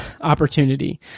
opportunity